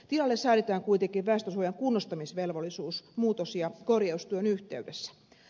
tilalle säädetään kuitenkin väestönsuojan kunnostamisvelvollisuus muutos ja korjaustyön yhteydessä